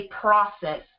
process